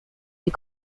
des